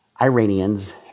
Iranians